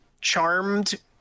charmed